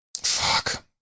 fuck